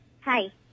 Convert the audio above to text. Hi